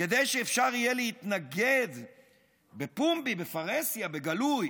כדי שאפשר יהיה להתנגד בפומבי, בפרהסיה, בגלוי,